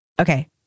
Okay